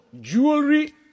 jewelry